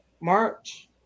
March